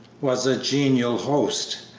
was a genial host,